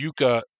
Yuka